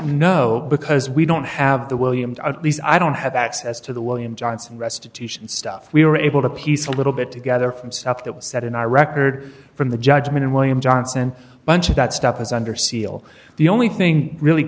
know because we don't have the williams at least i don't have access to the william johnson restitution stuff we were able to piece a little bit together from south that was set and i record from the judgment of william johnson bunch of that stuff is under seal the only thing really